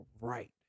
right